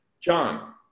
John